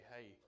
Hey